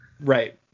Right